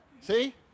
See